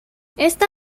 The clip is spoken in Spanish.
esta